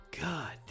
God